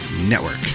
Network